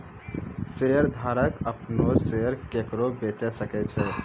शेयरधारक अपनो शेयर केकरो बेचे सकै छै